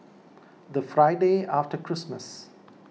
the Friday after Christmas